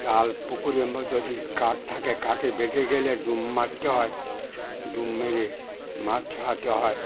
জাল পুকুরের মধ্যে যদি কাঠ থাকে কাঠে বেঁধে গেলে ডুব মারতে হয় ডুব মেরে মাছ ছাড়াতে হয়